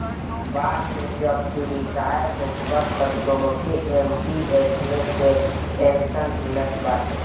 बाद में जब तू रिटायर होखबअ तअ तोहके एम.पी.एस मे से पेंशन मिलत बाटे